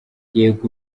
yego